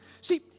See